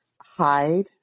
hide